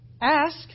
Ask